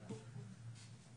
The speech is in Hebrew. את הזום כנראה.